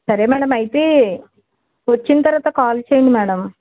సరే మేడం అయితే వచ్చిన తర్వాత కాల్ చేయండి మేడం